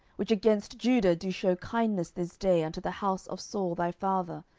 which against judah do shew kindness this day unto the house of saul thy father,